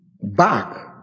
back